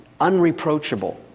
unreproachable